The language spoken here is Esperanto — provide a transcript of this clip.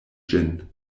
ĝin